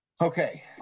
Okay